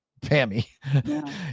Pammy